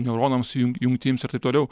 neuronams jun jungtims ir taip toliau